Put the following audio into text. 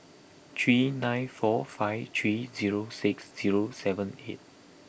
three nine four five three zero six zero seven eight